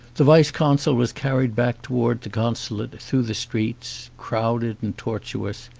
the vice-consul was carried back towards the consulate through the streets, crowded and tortuous,